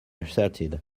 asserted